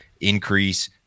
increase